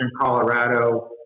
Colorado